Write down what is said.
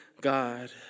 God